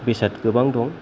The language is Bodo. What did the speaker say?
बेसाद गोबां दं